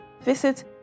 visit